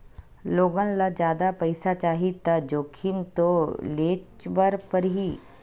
लोगन ल जादा पइसा चाही त जोखिम तो लेयेच बर परही